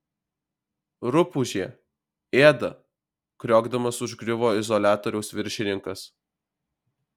rupūžė ėda kriokdamas užgriuvo izoliatoriaus viršininkas